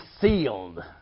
sealed